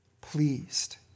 pleased